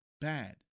bad